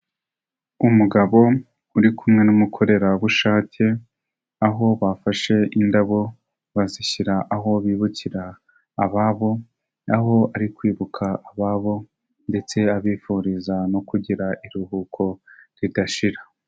Umugabo uri kumwe n'umukorerabushake, aho bafashe indabo bazishyira aho bibukira ababobo aho ari kwibuka ababo ndetse abifuriza no kugira iruhuko ridashira.